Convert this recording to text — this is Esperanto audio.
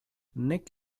nek